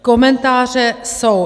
Komentáře jsou.